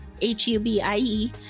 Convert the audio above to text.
H-U-B-I-E